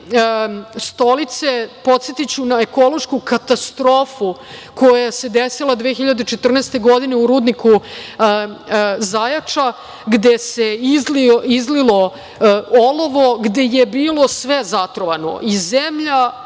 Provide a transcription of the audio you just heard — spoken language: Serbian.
Stolice. Podsetiću na ekološku katastrofu koja se desila 2014. godine u rudniku Zajača, gde se izlilo olovo, gde je bilo sve zatrovano i zemlja